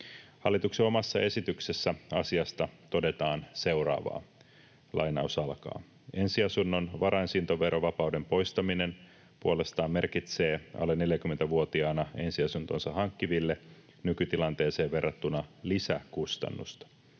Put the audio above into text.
Hallituksen omassa esityksessä asiasta todetaan seuraavaa: ”Ensiasunnon varainsiirtoverovapauden poistaminen puolestaan merkitsee alle 40-vuotiaana ensiasuntonsa hankkiville nykytilanteeseen verrattuna lisäkustannusta,